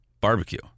barbecue